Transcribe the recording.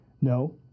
No